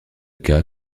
cas